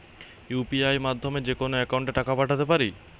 UPI মাধ্যমে যেকোনো একাউন্টে টাকা পাঠাতে পারি?